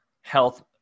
health